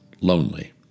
lonely